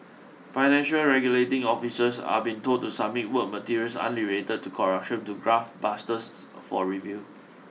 financial regulating officials are being told to submit work materials unrelated to corruption to graft busters for review